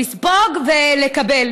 לספוג ולקבל.